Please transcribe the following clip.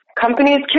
companies